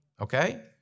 Okay